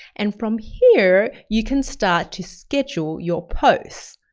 and from here you can start to schedule your posts.